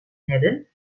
hebben